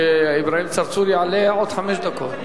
שאברהים צרצור יעלה לעוד חמש דקות.